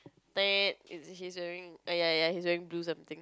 he's wearing err ya ya he's wearing blue something